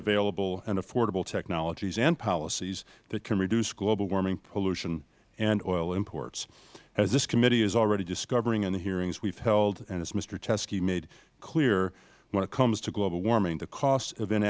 available and affordable technologies and policies that can reduce global warming pollution and oil imports as this committee is already discovering in hearings we have held and mister teske made clear when it comes to global warming the costs of